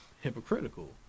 hypocritical